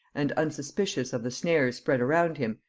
and unsuspicious of the snares spread around him,